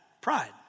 pride